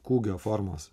kūgio formos